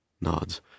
Nods